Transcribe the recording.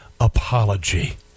apology